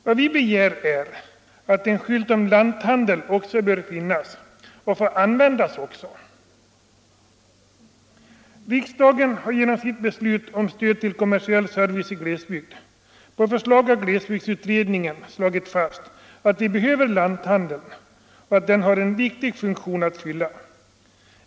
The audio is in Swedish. Vad vi begär är att en skylt om lanthandel också skall finnas och bör användas. Riksdagen har genom sitt beslut om stöd till kommersiell service i glesbygd, på förslag av glesbygdsutredningen, slagit fast att lanthandeln behövs och att den har en funktion att fylla.